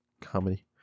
comedy